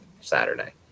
Saturday